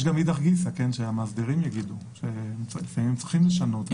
יש גם אידך גיסא שהמאסדרים יגידו שלפעמים צריכים לשנות.